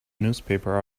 newspaper